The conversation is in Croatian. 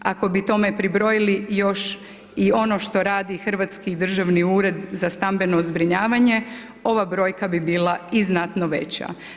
Ako bi tome pribrojili još i ono što radi Hrvatski državni ured za stambeno zbrinjavanje ova brojka bi bila i znatno veća.